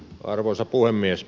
arvoisa puhemies